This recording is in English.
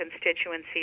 constituency